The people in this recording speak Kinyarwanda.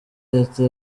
leta